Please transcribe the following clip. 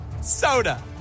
soda